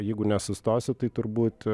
jeigu nesustosiu tai turbūt